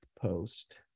post